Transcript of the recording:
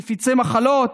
מפיצי מחלות.